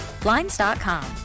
Blinds.com